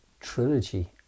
trilogy